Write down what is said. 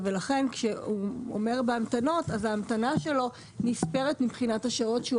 ולכן כשהוא אומר המתנות ההמתנה שלו נספרת מבחינת מספר השעות.